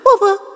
Over